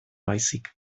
baizik